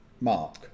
mark